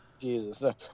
jesus